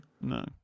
No